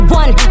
one